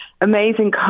amazing